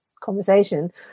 conversation